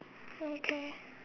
okay